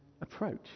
approach